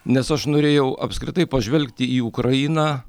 nes aš norėjau apskritai pažvelgti į ukrainą